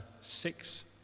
six